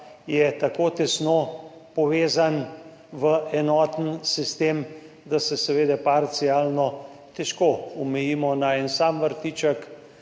je tako tesno povezan v enoten sistem, da se seveda parcialno težko omejimo na en sam vrtiček,